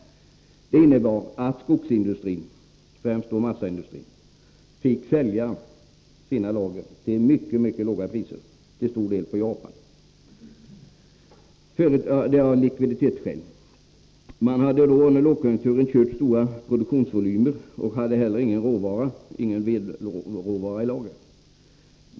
Det innebar att skogsindustrin, främst då massaindustrin, av likviditetsskäl fick sälja sina lager till mycket, mycket låga priser — till stor del till Japan. Industrin hade under lågkonjunkturen producerat stora volymer och hade ingen vedråvara i lager.